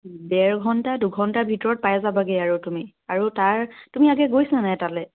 ডেৰ ঘণ্টা দুঘণ্টা ভিতৰত পাই যাবাগৈ আৰু তুমি আৰু তাৰ তুমি আগে গৈছা নাই তালৈ